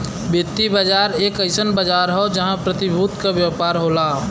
वित्तीय बाजार एक अइसन बाजार हौ जहां प्रतिभूति क व्यापार होला